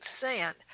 sand